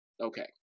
Okay